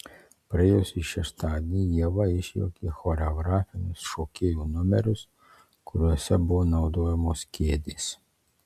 praėjusį šeštadienį ieva išjuokė choreografinius šokėjų numerius kuriuose buvo naudojamos kėdės